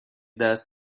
دست